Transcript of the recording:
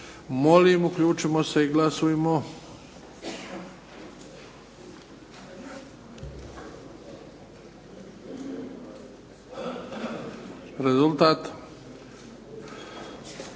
Molim uključimo se i glasujmo. Rezultat.